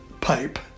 pipe